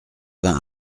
vingt